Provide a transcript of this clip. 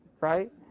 right